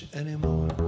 anymore